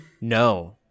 No